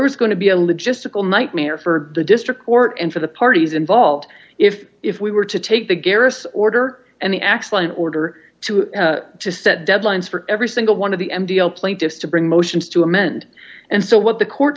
was going to be a logistical nightmare for the district court and for the parties involved if if we were to take the garrus order and actually in order to just set deadlines for every single one of the m d o plaintiffs to bring motions to amend and so what the court